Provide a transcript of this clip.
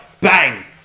Bang